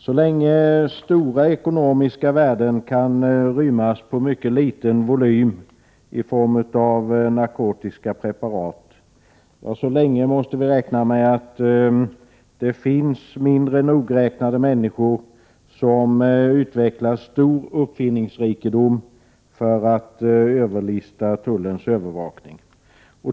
Så länge stora ekonomiska värden kan rymmas på mycket liten volym i form av narkotikapreparat måste vi räkna med att det finns mindre nogräknade människor som utvecklar stor uppfinningsrikedom för att överlista tullens övervakning.